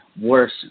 worse